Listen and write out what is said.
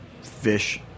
fish